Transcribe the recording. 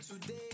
today